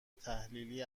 تحلیلی